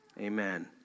amen